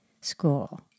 school